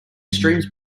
streams